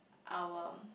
our